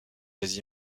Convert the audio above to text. des